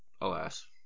alas